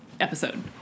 episode